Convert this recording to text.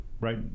right